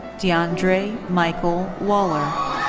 d'andre michael waller.